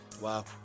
Wow